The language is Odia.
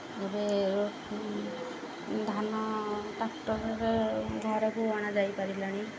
ଏବେ ଧାନ ଟ୍ରାକ୍ଟର୍ରେ ଘରେକୁ ଅଣାଯାଇପାରିଲାଣି